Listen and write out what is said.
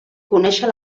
conèixer